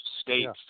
states